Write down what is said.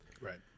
right